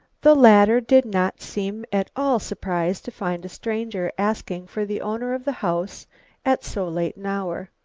the latter did not seem at all surprised to find a stranger asking for the owner of the house at so late an hour.